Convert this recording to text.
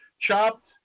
Chopped